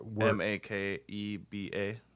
M-A-K-E-B-A